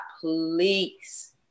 please